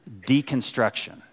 deconstruction